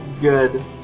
good